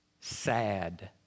sad